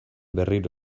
berriro